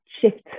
shift